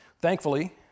Thankfully